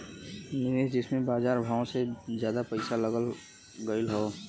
निवेस जिम्मे बजार भावो से जादा पइसा लग गएल हौ